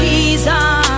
Jesus